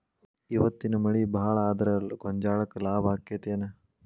ಇವತ್ತಿನ ಮಳಿ ಭಾಳ ಆದರ ಗೊಂಜಾಳಕ್ಕ ಲಾಭ ಆಕ್ಕೆತಿ ಏನ್?